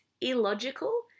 illogical